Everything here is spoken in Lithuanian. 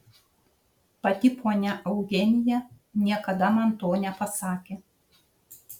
pati ponia eugenija niekada man to nepasakė